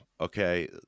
okay